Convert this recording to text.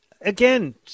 Again